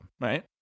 right